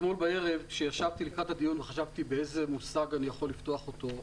כשאתמול בערב חשבתי איך לפתוח את הדיון,